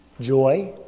joy